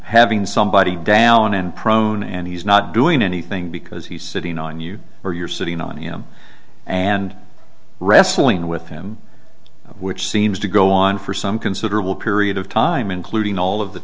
having somebody down and prone and he's not doing anything because he's sitting on you or you're sitting on him and wrestling with him which seems to go on for some considerable period of time including all of the